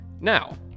Now